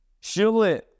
Surely